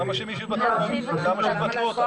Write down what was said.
למה שיבטלו אותם?